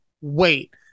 wait